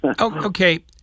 Okay